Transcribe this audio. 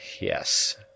Yes